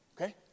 okay